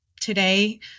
today